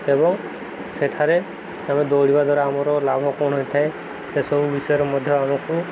ଏବଂ ସେଠାରେ ଆମେ ଦୌଡ଼ିବା ଦ୍ୱାରା ଆମର ଲାଭ କ'ଣ ହୋଇଥାଏ ସେସବୁ ବିଷୟରେ ମଧ୍ୟ ଆମକୁ